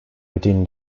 within